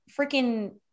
freaking